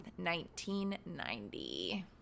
1990